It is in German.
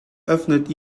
öffnete